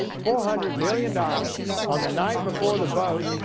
four hundred billion dollars on the night before the vote,